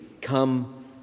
come